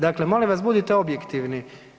Dakle, molim vas budite objektivni.